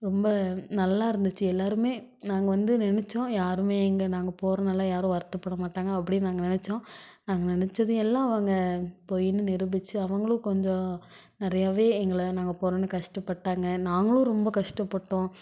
ரொம்ப நல்லாயிருந்துச்சி எல்லாேருமே நாங்கள் வந்து நினைச்சோம் யாருமே எங்கள் நாங்கள் போகிறனால யாரும் வருத்தப்படமாட்டாங்க அப்படின்னு நாங்கள் நினைச்சோம் நாங்கள் நினைச்சது எல்லாம் அவங்க பொய்னு நிரூபித்து அவங்களும் கொஞ்சம் நிறையாவே எங்களை நாங்கள் போகிறோன்னு கஷ்டப்பட்டாங்க நாங்களும் ரொம்ப கஷ்டப்பட்டோம்